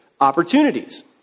opportunities